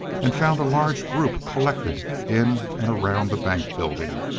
and found a large group collected in and around the bank building.